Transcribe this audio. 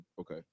okay